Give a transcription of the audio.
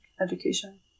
education